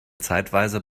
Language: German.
zeitweise